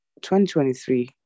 2023